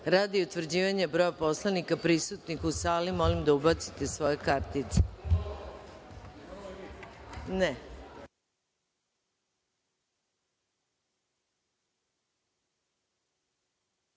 utvrđivanja broja poslanika prisutnih u sali, molim da ubacite svoje kartice u